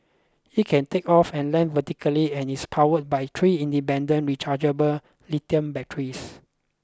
it can take off and land vertically and is powered by three independent rechargeable lithium batteries